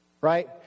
Right